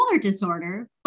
disorder